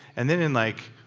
and then in like,